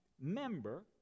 member